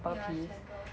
ya sample